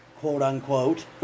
quote-unquote